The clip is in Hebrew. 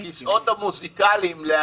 מיקי.